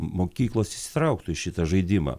mokyklos įsitrauktų į šitą žaidimą